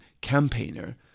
campaigner